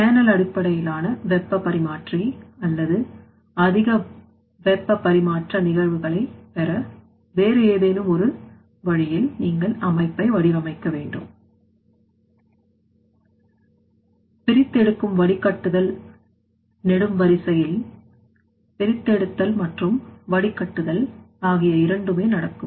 channel அடிப்படையிலான வெப்பப் பரிமாற்றி அல்லது அதிக வெப்ப பரிமாற்ற நிகழ்வுகளை பெற வேறு ஏதேனும் ஒரு வழியில்நீங்கள்அமைப்பை வடிவமைக்க வேண்டும் பிரித்தெடுக்கும் வடிகட்டுதல் நெடும் வரிசையில் பிரித்தெடுத்தல் மற்றும் வடிகட்டுதல் ஆகிய இரண்டுமே நடக்கும்